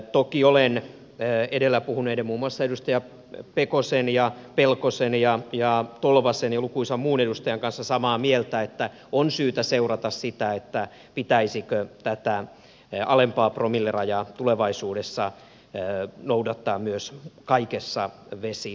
toki olen edellä puhuneiden muun muassa edustaja pekosen ja pelkosen ja tolvasen ja lukuisien muiden edustajien kanssa samaa mieltä että on syytä seurata sitä pitäisikö tätä alempaa promillerajaa tulevaisuudessa noudattaa myös kaikessa vesiliikenteessä